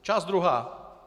Část druhá.